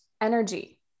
energy